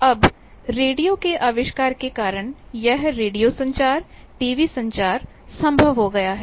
अब रेडियो के आविष्कार के कारण यह रेडियो संचार टीवी संचार संभव हो गया है